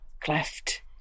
cleft